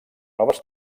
noves